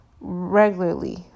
regularly